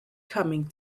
coming